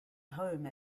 home